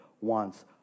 wants